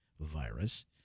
Virus